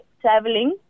traveling